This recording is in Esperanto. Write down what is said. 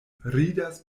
ridas